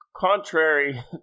Contrary